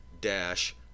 dash